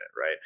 right